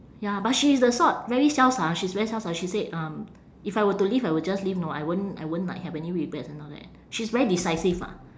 ya but she is the sort very self~ ah she's very self-s~ she said um if I were to leave I would just leave know I won't I won't like have any regrets and all that she's very decisive ah